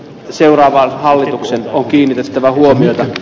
seuraavan hallituksen on kiinnitettävä huomiota